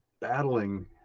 battling